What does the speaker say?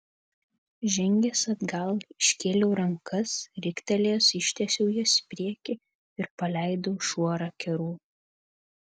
žengęs atgal iškėliau rankas riktelėjęs ištiesiau jas į priekį ir paleidau šuorą kerų